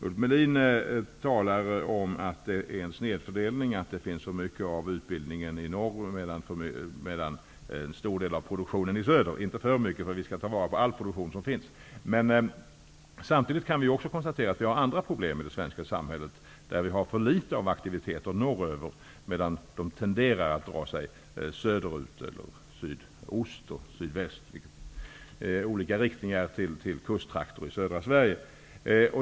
Ulf Melin talade om att det är en snedfördelning, att så mycket av utbildningen finns i norr medan en stor del av produktionen finns i söder -- inte för mycket, då vi skall ta vara på all produktion som finns. Samtidigt kan konstateras att det finns andra problem i det svenska samhället, nämligen att det är för få aktiviteter norröver medan aktiviteter tenderar att dra sig söderöver, mot sydost/sydväst eller i olika riktningar till kusttrakter i södra Sverige.